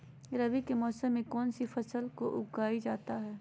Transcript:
रवि के मौसम में कौन कौन सी फसल को उगाई जाता है?